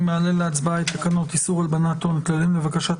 אני מעלה להצבעה את תקנות איסור הלבנת הון (כללים לבקשת